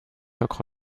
ocre